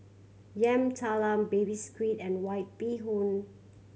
Yam Talam Baby Squid and White Bee Hoon